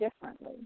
differently